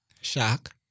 shock